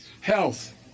health